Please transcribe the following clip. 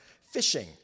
fishing